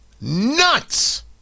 Nuts